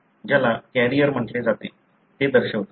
ज्याला कॅरियर म्हटले जाते ते दर्शवते